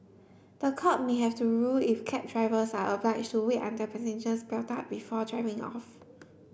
the court may have to rule if cab drivers are oblige to wait until passengers belt up before driving off